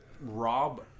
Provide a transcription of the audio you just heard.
rob